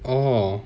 oh